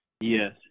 Yes